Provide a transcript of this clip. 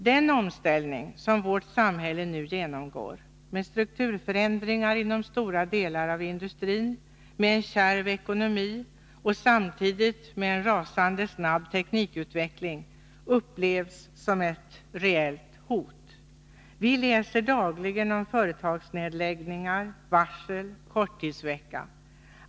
Den omställning som vårt samhälle nu genomgår med strukturförändringar inom stora delar av industrin, med en kärv ekonomi och samtidigt en rasande snabb teknikutveckling upplevs som ett reellt hot. Vi läser dagligen om företagsnedläggningar, varsel och korttidsvecka.